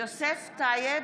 בעד יוסף טייב,